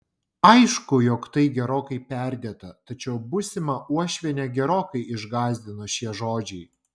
aišku jog tai gerokai perdėta tačiau būsimą uošvienę gerokai išgąsdino šie žodžiai